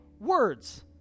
words